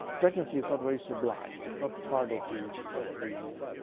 pregnancy is not very sublime. it's not part of the of the